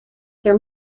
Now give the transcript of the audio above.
there